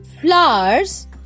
flowers